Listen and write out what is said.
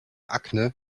akne